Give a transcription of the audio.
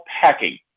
packing